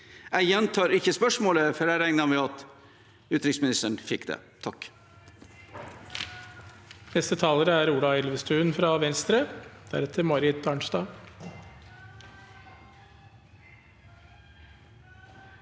Jeg gjentar ikke spørsmålet, for jeg regner med at utenriksministeren fikk det. Ola